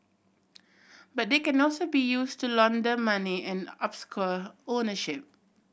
but they can also be used to launder money and obscure ownership